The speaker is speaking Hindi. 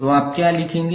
तो आप क्या लिखेंगे